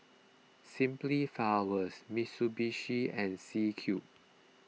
Simply Flowers Mitsubishi and C Cube